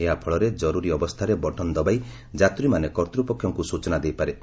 ଏହାଫଳରେ ଜରୁରୀ ଅବସ୍ଥାରେ ବଟନ୍ ଦବାଇ ଯାତ୍ରୀମାନେ କର୍ତ୍ତୃପକ୍ଷଙ୍କୁ ସ୍ୱଚନା ଦେଇପାରିବେ